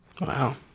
Wow